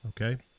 okay